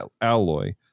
Alloy